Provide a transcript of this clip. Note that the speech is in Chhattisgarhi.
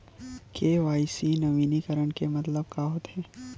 के.वाई.सी नवीनीकरण के मतलब का होथे?